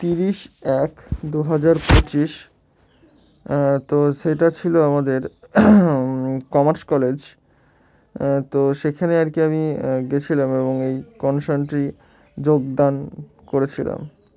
তিরিশ এক দু হাজার পঁচিশ তো সেটা ছিল আমাদের কমার্স কলেজ তো সেখানে আর কি আমি গেছিলাম এবং এই কনসার্টটি যোগদান করেছিলাম